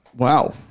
Wow